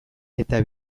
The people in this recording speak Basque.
eta